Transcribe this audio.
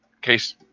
case